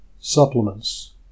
supplements